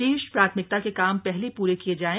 शीर्ष प्राथमिकता के काम पहले प्रे किये जाएं